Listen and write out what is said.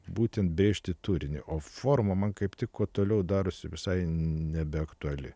būtent brėžti turinį o formą man kaip tik kuo toliau darosi visai nebeaktuali